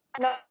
No